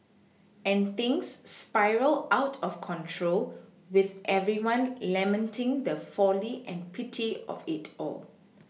and things spiral out of control with everyone lamenting the folly and pity of it all